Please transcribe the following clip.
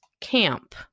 camp